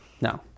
no